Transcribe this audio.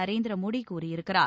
நரேந்திர மோடி கூறியிருக்கிறார்